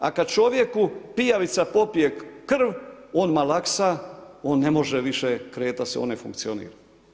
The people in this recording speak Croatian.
A kad čovjeku pijavica popije krv on malaksa, on ne može više kretati se, on ne funkcionira.